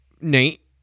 Nate